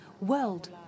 world